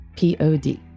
Pod